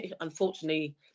unfortunately